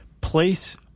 place